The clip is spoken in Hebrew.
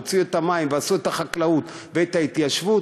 הוציאו את המים ועשו את החקלאות ואת ההתיישבות,